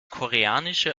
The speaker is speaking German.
koreanische